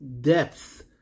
depth